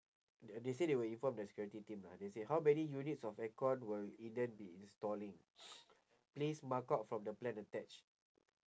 they uh they say they will inform the security team ah they say how many units of aircon will eden be installing please mark out from the plan attach